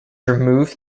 removed